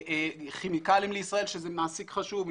זה כימיקלים לישראל שהוא מעסיק חשוב,